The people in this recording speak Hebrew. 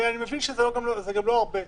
ואני מבין שגם זה לא הרבה.